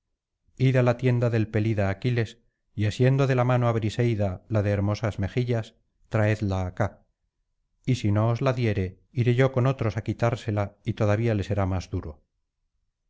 id á la tienda del pelida aquiles y asiendo de la mano á briseida la de hermosas mejillas traedla acá y si no os la diere iré yo con otros á quitársela y todavía le será más duro